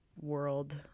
world